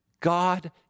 God